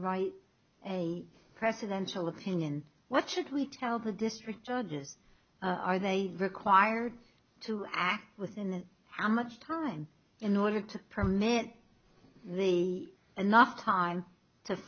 write a presidential opinion what should we tell the district judges are they required to act within that how much time in order to permit the enough time to